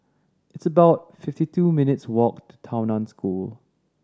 it's about fifty two minutes' walk to Tao Nan School